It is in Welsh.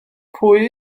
pwy